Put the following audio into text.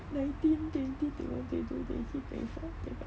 nineteen twenty twenty one twenty two twenty three twenty four twenty five